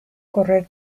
correr